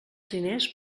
diners